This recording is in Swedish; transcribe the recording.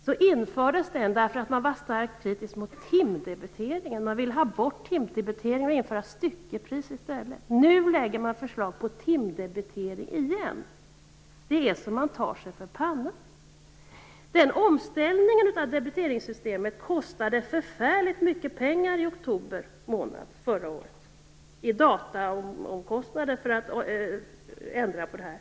Det gjorde man därför att man var starkt kritisk till timdebitering. Man ville ha bort timdebitering och införa styckepris i stället. Nu läggs ett förslag om timdebitering fram igen. Det är så man tar sig för pannan! Den omställningen av debiteringssystemet kostade förfärligt mycket pengar i oktober månad förra året. Det blev stora dataomkostnader för att ändra på det här.